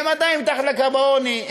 והם עדיין מתחת לקו העוני,